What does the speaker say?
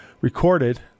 recorded